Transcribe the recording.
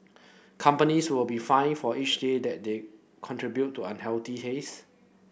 companies will be fined for each day that they contribute to unhealthy haze